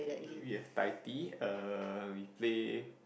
we have Taiti uh we play